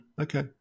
Okay